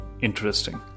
interesting